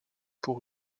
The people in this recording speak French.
pour